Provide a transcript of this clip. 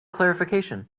clarification